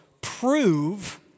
prove